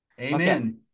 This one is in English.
Amen